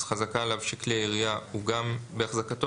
אז חזקה עליו שכלי הירייה הוא גם באחזקתו,